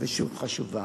ושוב חשובה.